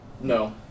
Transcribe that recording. No